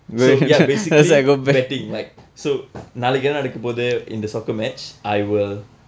so ya basically betting like so நாளைக்கு என்ன நடக்க போகுது:nalaikku enna nadakka pokuthu in the soccer match I will